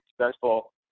successful